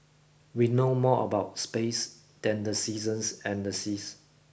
we know more about space than the seasons and the seas